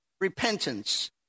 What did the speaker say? Repentance